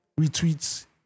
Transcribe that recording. retweets